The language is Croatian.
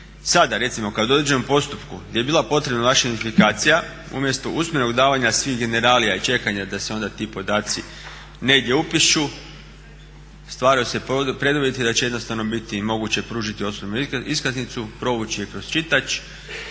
Sada recimo kad u određenom postupku gdje je bila potrebna vaša identifikacija umjesto usmenog davanja svih generalija i čekanja da se onda ti podaci negdje upišu stvaraju se preduvjeti da će jednostavno biti moguće pružiti osobnu iskaznicu, provući je kroz čitač